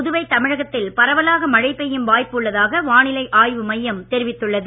புதுவை தமிழகத்தில் பரவலாக மழை பெய்யும் வாய்ப்பு உள்ளதாக வானிலை ஆய்வுமையம் தெரிவித்துள்ளது